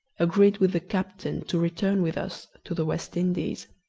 agreed with the captain to return with us to the west indies,